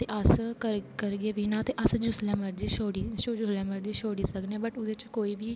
ते अस करगे बी ना अश जिसले मर्जी छोड़ी जिसलै मर्जी छोड़ी सकने आं बट एहदे च कोई बी